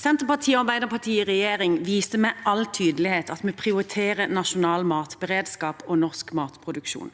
Senterpartiet og Arbeiderpartiet i regjering viste med all tydelighet at vi prioriterer nasjonal matberedskap og norsk matproduksjon.